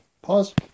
Pause